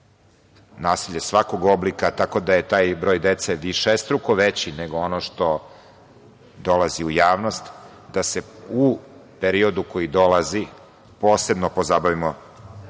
nasilje svakog oblika, tako da je taj broj dece višestruko veći nego ono što dolazi u javnost, da se u periodu koji dolazi posebno pozabavimo